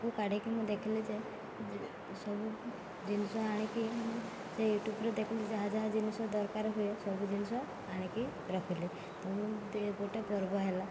କୁ କାଢ଼ିକି ମୁଁ ଦେଖିଲି ଯେ ସବୁ ଜିନିଷ ଆଣିକି ମୁଁ ସେ ୟୁଟ୍ୟୁବରେ ଦେଖିଲି ଯାହା ଯାହା ଜିନିଷ ଦରକାର ହୁଏ ସବୁ ଜିନିଷ ଆଣିକି ରଖିଲି ତ ମୁଁ ଗୋଟେ ପର୍ବ ହେଲା